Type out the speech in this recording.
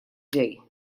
ġej